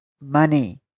money